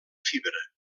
fibra